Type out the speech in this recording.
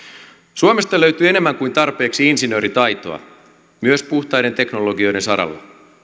suomesta löytyy enemmän kuin tarpeeksi insinööritaitoa myös puhtaiden teknologioiden saralla